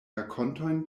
rakontojn